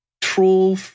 Troll